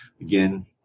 again